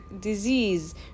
disease